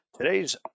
Today's